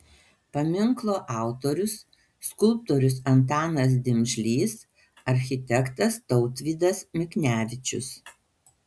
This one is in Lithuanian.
paminklo autorius skulptorius antanas dimžlys architektas tautvydas miknevičius